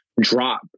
drop